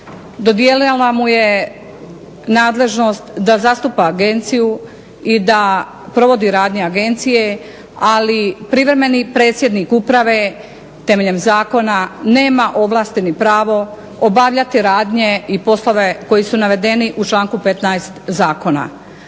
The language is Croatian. dodijelila mu je nadležnost da zastupa agenciju i da provodi radnje agencije, ali privremeni predsjednik uprave temeljem zakona nema ovlasti ni pravo obavljati radnje i poslove koji su navedeni u članku 15. Zakona.